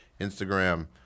Instagram